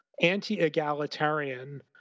anti-egalitarian